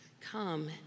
come